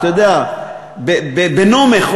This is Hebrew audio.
בנומך,